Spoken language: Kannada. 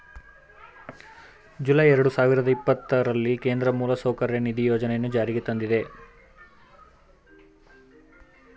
ಜುಲೈ ಎರಡು ಸಾವಿರದ ಇಪ್ಪತ್ತರಲ್ಲಿ ಕೇಂದ್ರ ಮೂಲಸೌಕರ್ಯ ನಿಧಿ ಯೋಜನೆಯನ್ನು ಜಾರಿಗೆ ತಂದಿದೆ